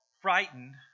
frightened